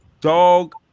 dog